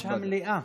יושב-ראש המליאה,